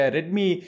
Redmi